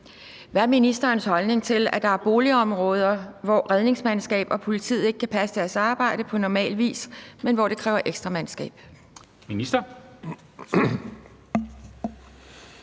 Hvad er ministerens holdning til, at der er boligområder, hvor redningsmandskab og politi ikke kan passe deres arbejde på normal vis, men hvor det kræver ekstra mandskab?